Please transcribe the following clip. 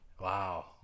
wow